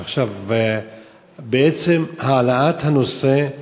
עצם העלאת הנושא,